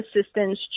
assistance